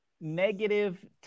negative